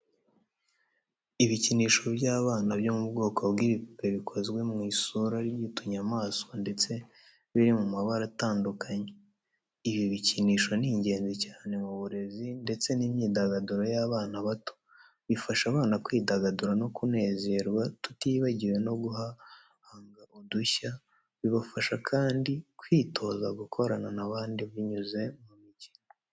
Ibikinisho by’abana byo mu bwoko bw'ibipupe bikoze mu isura y'utunyamaswa ndetse biri mu mabara atadukanye. Ibi bikinisho ni ingenzi cyane mu burezi ndetse n’imyidagaduro y’abana bato. Bifasha abana kwidagadura no kunezerwa tutibagiwe no guhanga udushya. Bibafasha kandi kwitoza gukorana n’abandi binyuze mu mikino.